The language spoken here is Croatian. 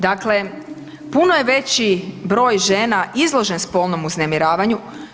Dakle, puno je veći broj žena izložen spolnom uznemiravanju.